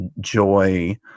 joy